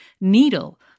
Needle